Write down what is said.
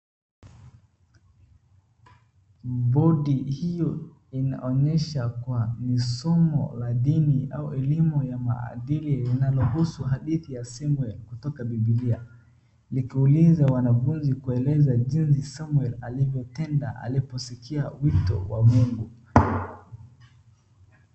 Bodi hii inaonyesha kuwa ni somo la dini au elimu ya maadili inayohusu hadithi ya Samuel kutoka bibilia likiuliza wanafunzi kueleza jinsi Samuel alivyotenda na aliposikia wito wa mungu.